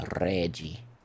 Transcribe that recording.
Reggie